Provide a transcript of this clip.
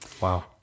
Wow